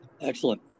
excellent